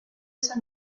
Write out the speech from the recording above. esa